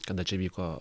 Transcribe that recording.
kada čia vyko